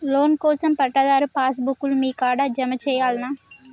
Loan కోసం పట్టాదారు pass book లు మీ కాడా జమ చేయల్నా?